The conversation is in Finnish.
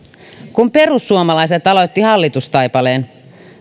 kun perussuomalaiset aloittivat hallitustaipaleensa